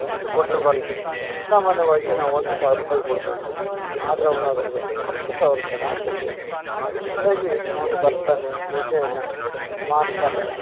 ಇಷ್ಟು ಕೊಟ್ಟರೆ ಬರ್ತೀನಿ ಸಾಮಾನ್ಯವಾಗಿ ನಾವು ಒಂದು ಸಾವ್ರ ರೂಪಾಯಿ ಕೊಡಬೇಕು ಆದರ ಅವ್ನು ಅದ್ರದ್ದು ಹತ್ತು ಸಾವಿರ ಪಟ್ಟು ಕೇಳ್ತಾನೆ ಹಾಗಾಗಿ ಅವನು ಬರ್ತಾನೆ ಪೂಜೆಯನ್ನ ಮಾಡ್ತಾನೆ